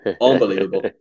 Unbelievable